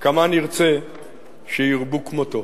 כמה נרצה שירבו כמותו.